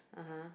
(uh huh)